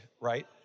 right